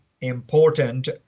important